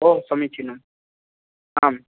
ओ समीचीनम् आम्